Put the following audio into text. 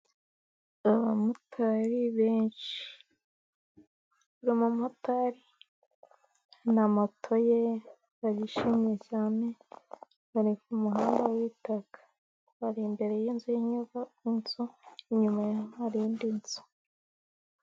Abamotari benshi. Abamotari na moto ye barishimye cyane, bari ku muhanda w'itaka. Bari imbere y'inzu inzu inyuma ya hari indi nzu.